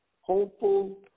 hopeful